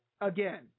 again